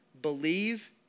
believe